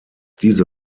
diese